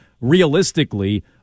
realistically